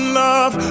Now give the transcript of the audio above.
love